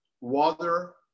water